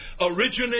originates